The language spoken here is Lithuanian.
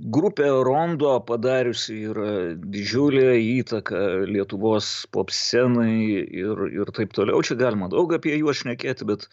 grupė rondo padariusi yra didžiulę įtaką lietuvos pop scenai ir ir taip toliau čia galima daug apie juos šnekėti bet